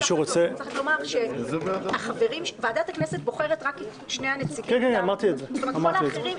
צריך לומר שוועדת הכנסת בוחרת רק שני הנציגים מטעם --- כל האחרים,